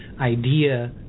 idea